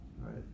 right